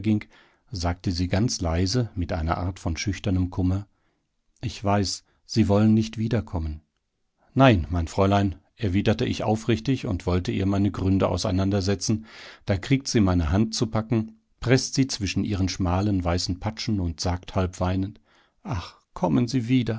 sagte sie ganz leise mit einer art von schüchternem kummer ich weiß sie wollen nicht wiederkommen nein mein fräulein erwiderte ich aufrichtig und wollte ihr meine gründe auseinandersetzen da kriegt sie meine hand zu packen preßt sie zwischen ihren schmalen weißen patschen und sagt halb weinend ach kommen sie wieder